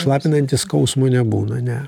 šlapinantis skausmo nebūna ne